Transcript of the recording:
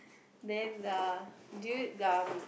then uh do you um